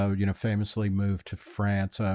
um you know famously moved to france, ah,